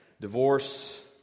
Divorce